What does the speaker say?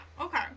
okay